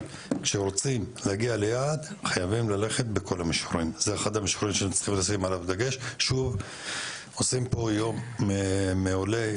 אבל אני חושב שמה שאנחנו עושים פה בחצי שנה לא עשו מעולם.